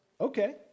okay